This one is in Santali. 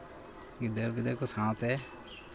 ᱜᱤᱫᱟᱹᱨᱼᱯᱤᱫᱟᱹᱨ ᱠᱚ ᱥᱟᱶᱛᱮ